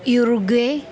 Uruguay